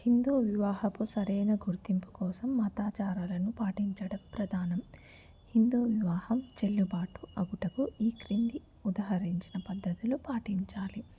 హిందూ వివాహపు సరైన గుర్తింపు కోసం మతాచారాలను పాటించడం ప్రధానం హిందూ వివాహం చెల్లుబాటు అవుటకు ఈ క్రింది ఉదాహరించిన పద్ధతిలో పాటించాలి